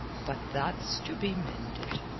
but that's to be mended.